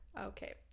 okay